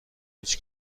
هیچ